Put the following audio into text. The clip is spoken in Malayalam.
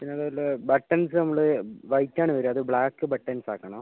പിന്നെ അതുപോലെ ബട്ടൺസ് നമ്മള് വൈറ്റാണ് വരിക അത് ബ്ലാക്ക് ബട്ടൺസ് ആക്കണം